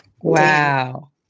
Wow